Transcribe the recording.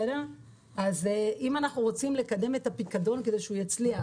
אז אם אנחנו רוצים לקדם את הפיקדון כדי שהוא יצליח